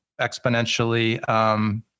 exponentially